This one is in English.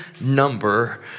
number